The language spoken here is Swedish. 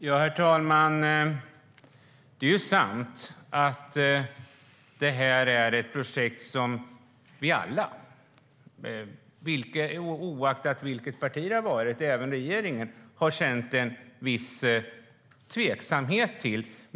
Herr talman! Det är sant att det här är ett projekt som vi alla, oaktat parti, och även regeringen har känt en viss tveksamhet till.